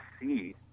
see